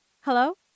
Hello